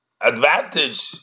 advantage